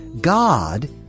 God